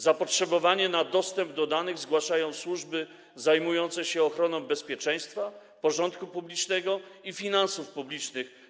Zapotrzebowanie dotyczące dostępu do danych zgłaszają służby zajmujące się ochroną bezpieczeństwa, porządku publicznego i finansów publicznych.